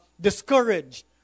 discouraged